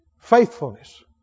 Faithfulness